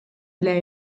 bile